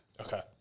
Okay